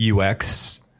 UX